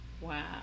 wow